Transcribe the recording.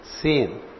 seen